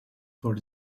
for